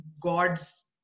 gods